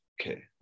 okay